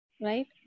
Right